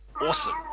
awesome